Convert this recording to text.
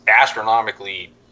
astronomically